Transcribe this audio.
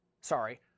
sorry